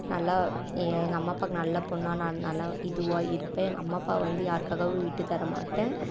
நல்லா எங்கள் அம்மா அப்பாக்கு நல்ல பொண்ணாக நான் நல்லா இதுவாக இருப்பேன் எங்கள் அம்மா அப்பா வந்து யாருக்காகவும் விட்டு தர மாட்டேன்